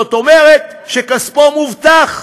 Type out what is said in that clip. זאת אומרת שכספו מובטח.